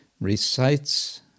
recites